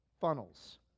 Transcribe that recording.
funnels